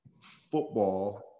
football